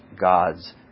God's